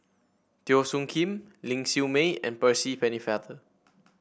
Teo Soon Kim Ling Siew May and Percy Pennefather